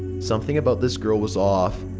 something about this girl was off.